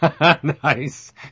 nice